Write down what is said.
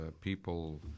people